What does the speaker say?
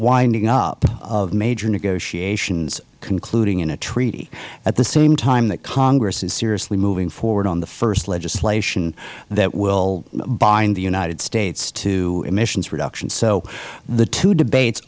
winding up of major negotiations concluding in a treaty at the same time that congress is seriously moving forward on the first legislation that will bind the united states to emissions reduction so the two debates